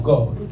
God